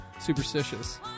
superstitious